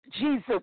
Jesus